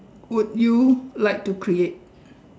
would you like to create